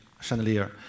chandelier